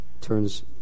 turns